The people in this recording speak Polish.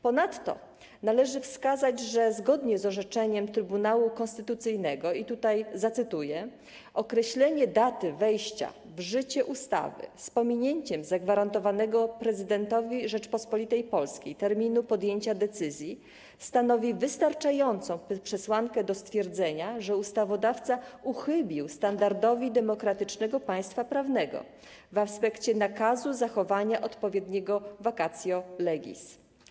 Ponadto należy wskazać, że zgodnie z orzeczeniem Trybunału Konstytucyjnego, i tutaj zacytuję: określenie daty wejścia w życie ustawy z pominięciem zagwarantowanego prezydentowi Rzeczypospolitej Polskiej terminu podjęcia decyzji stanowi wystarczającą przesłankę do stwierdzenia, że ustawodawca uchybił standardowi demokratycznego państwa prawnego w aspekcie nakazu zachowania odpowiedniej vacatio legis.